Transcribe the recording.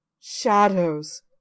shadows